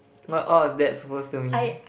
what all was that supposed to mean